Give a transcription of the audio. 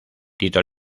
tito